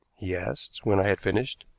he asked, when i had finished.